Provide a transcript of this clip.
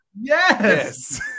Yes